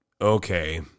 okay